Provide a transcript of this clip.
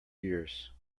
years